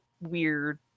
weird